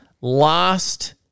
lost